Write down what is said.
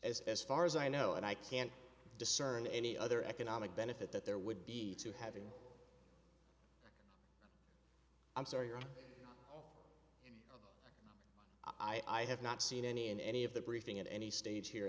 as as far as i know and i can't discern any other economic benefit that there would be to having i'm sorry i have not seen any in any of the briefing at any stage here